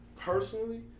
personally